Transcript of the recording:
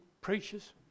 preachers